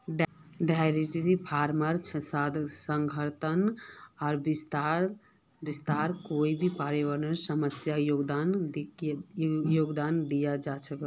dairy फार्मेर सघनता आर विस्तार कई पर्यावरनेर समस्यात योगदान दिया छे